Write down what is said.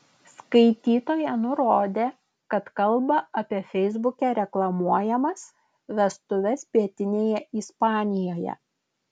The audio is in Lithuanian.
skaitytoja nurodė kad kalba apie feisbuke reklamuojamas vestuves pietinėje ispanijoje